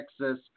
Texas